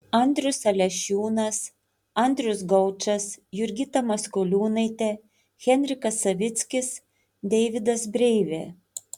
andrius alešiūnas andrius gaučas jurgita maskoliūnaitė henrikas savickis deividas breivė